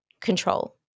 control